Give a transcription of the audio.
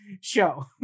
show